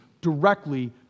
directly